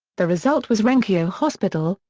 the result was renkioi hospital,